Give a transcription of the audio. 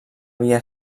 havia